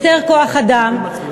יותר כוח-אדם,